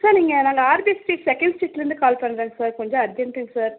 sir நீங்கள் நாங்கள் RP street second ஸ்ட்ரீட்லேருந்து கால் பண்றேங்க சார் கொஞ்சம் அர்ஜெண்ட்டுங்க சார்